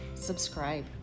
subscribe